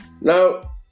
Now